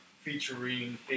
Featuring